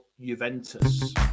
Juventus